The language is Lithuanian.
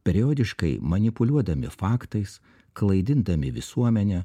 periodiškai manipuliuodami faktais klaidindami visuomenę